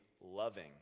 loving